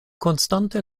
konstante